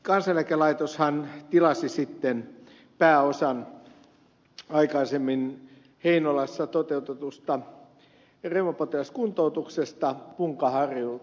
kansaneläkelaitoshan tilasi sitten pääosan aikaisemmin heinolassa toteutetusta reumapotilaskuntoutuksesta punkaharjulta